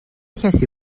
کسی